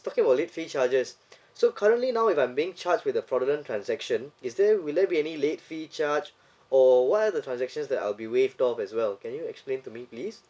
talking about late fee charges so currently now if I'm being charged with the fraudulent transaction is there will there be any late fee charge or what are the transactions that I'll be waived off as well can you explain to me please